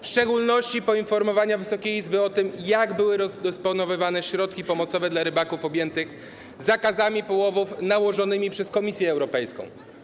W szczególności chodzi o poinformowanie Wysokiej Izby o tym, jak były rozdysponowywane środki pomocowe dla rybaków objętych zakazami połowów nałożonymi przez Komisję Europejską.